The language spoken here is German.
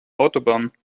autobahn